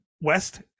West